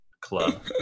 club